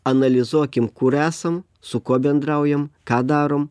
analizuokim kur esam su kuo bendraujam ką darom